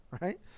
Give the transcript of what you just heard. right